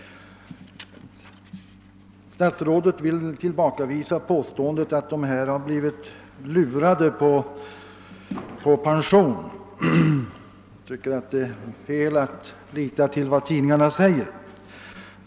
Statsrådet tillbakavisar påståendet att vederbörande blivit lurade på pension och anser det felaktigt att lita på vad tidningarna skriver.